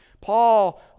Paul